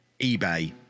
eBay